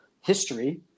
history